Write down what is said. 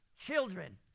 children